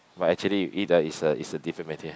but actually you eat ah it's uh it's uh different material